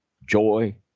joy